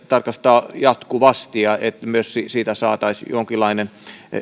tarkastaa jatkuvasti ja että myös siitä saataisiin jonkinlainen